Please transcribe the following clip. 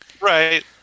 Right